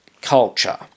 culture